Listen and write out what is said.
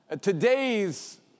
Today's